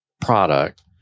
product